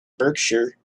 berkshire